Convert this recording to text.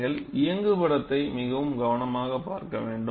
நீங்கள் இயங்குபடத்தை மிகவும் கவனமாகப் பார்க்க வேண்டும்